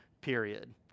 period